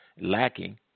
lacking